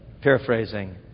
paraphrasing